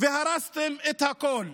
והרסתם את הכול,